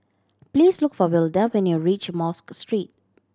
please look for Wilda when you reach Mosque Street